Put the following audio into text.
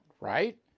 right